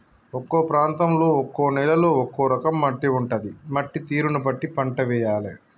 ఒక్కో ప్రాంతంలో ఒక్కో నేలలో ఒక్కో రకం మట్టి ఉంటది, మట్టి తీరును బట్టి పంట వేయాలే